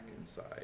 inside